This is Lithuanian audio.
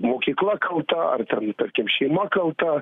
mokykla kalta ar ten tarkim šeima kalta